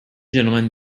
gentlemen